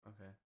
Okay